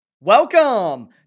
Welcome